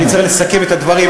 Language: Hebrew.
אני צריך לסכם את הדברים.